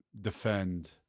Defend